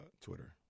Twitter